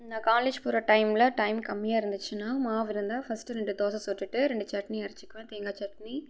நான் காலேஜ் போகிற டைமில் டைம் கம்மியாக இருந்துச்சுனா மாவு இருந்தால் ஃபர்ஸ்ட்டு ரெண்டு தோசை சுட்டுவிட்டு ரெண்டு சட்னி அரைச்சிக்குவேன் தேங்காய் சட்னி